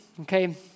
okay